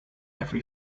every